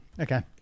Okay